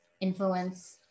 influence